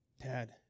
Dad